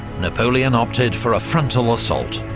napoleon opted for a frontal assault.